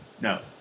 No